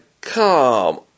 come